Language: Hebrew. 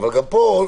פה זה